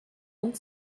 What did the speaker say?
und